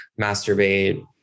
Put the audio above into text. masturbate